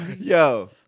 Yo